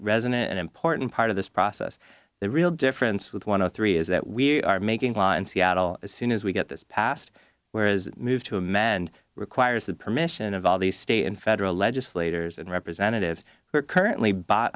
resident an important part of this process the real difference with one of three is that we are making law in seattle as soon as we get this passed whereas move to a man requires the permission of all the state and federal legislators and representatives who are currently bought